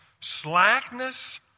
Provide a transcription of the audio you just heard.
slackness